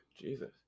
jesus